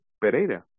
Pereira